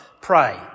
Pray